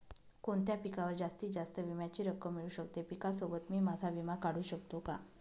कोणत्या पिकावर जास्तीत जास्त विम्याची रक्कम मिळू शकते? पिकासोबत मी माझा विमा काढू शकतो का?